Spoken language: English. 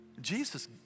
Jesus